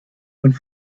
und